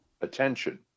attention